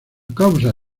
causa